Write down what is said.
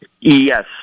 Yes